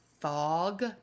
fog